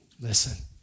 listen